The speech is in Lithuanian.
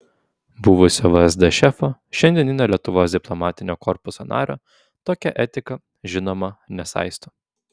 buvusio vsd šefo šiandieninio lietuvos diplomatinio korpuso nario tokia etika žinoma nesaisto